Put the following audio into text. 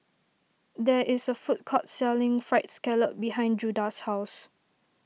there is a food court selling Fried Scallop behind Judah's house